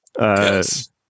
Yes